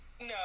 No